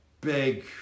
big